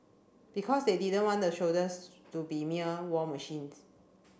because they didn't want the shoulders to be mere war machines